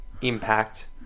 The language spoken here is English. impact